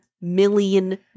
million